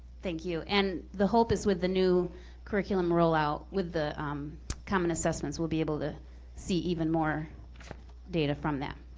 thank you. and the hope is with the new curriculum rollout with the common assessments, we'll be able to see even more data from that.